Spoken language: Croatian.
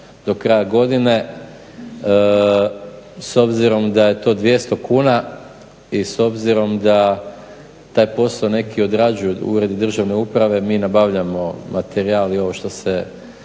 do kraja godine s obzirom da je to 200 kuna i s obzirom da taj posao neki odrađuju, uredi državne uprave mi nabavljamo materijal i ovo što se